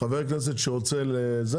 חבר כנסת שרוצה לדבר,